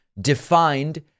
defined